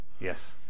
yes